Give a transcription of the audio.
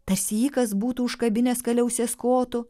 tarsi jį kas būtų užkabinęs kaliausės kotu